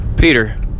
Peter